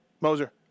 Moser